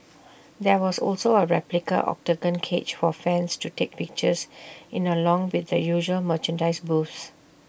there was also A replica Octagon cage for fans to take pictures in along with the usual merchandise booths